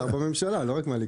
שר בממשלה, לא רק מהליכוד.